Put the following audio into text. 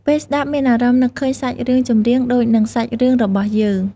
ពេលស្តាប់មានអារម្មណ៍នឹកឃើញសាច់រឿងចម្រៀងដូចនិងសាច់រឿងរបស់យើង។